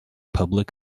public